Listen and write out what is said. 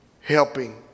helping